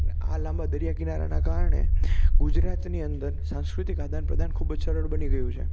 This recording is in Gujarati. અને આ લાંબા દરિયાકિનારાના કારણે ગુજરાતની અંદર સાંસ્કૃતિક આદાન પ્રદાન ખૂબ જ સરળ બની રહ્યું છે